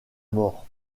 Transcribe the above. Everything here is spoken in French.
mort